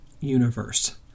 universe